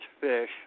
fish